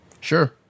sure